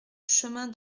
chemin